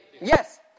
Yes